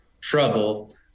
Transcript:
trouble